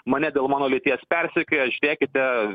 mane dėl mano lyties persekioja žiūrėkite